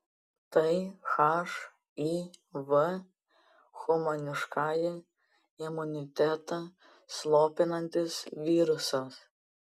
tai hiv humaniškąjį imunitetą slopinantis virusas